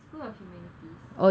school of humanities